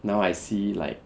now I see like